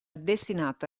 destinato